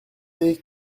est